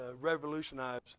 revolutionize